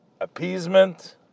appeasement